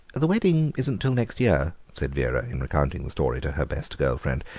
the wedding isn't till next year, said vera, in recounting the story to her best girl friend,